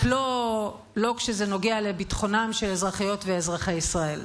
רק לא כשזה נוגע לביטחונם של אזרחיות ואזרחי ישראל.